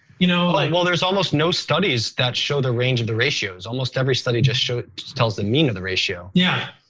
you know like well there's almost no studies that show the range of the ratios. almost every study just tells the mean of the ratio. yeah,